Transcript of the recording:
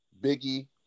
Biggie